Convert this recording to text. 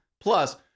plus